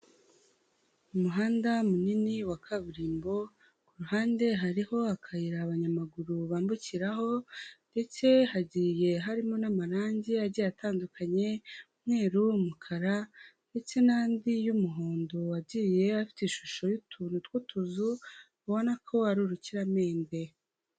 Umuhanda munini wa kaburimbo, ku ruhande hariho akayira abanyamaguru bambukiraho ndetse hagiye harimwo n'amarangi agiye atandukanye; umweru, umukara ndetse n'andi y'umuhondo agiye afite ishusho y'utuntu tw'utuzu ubona ko ari urukiramende.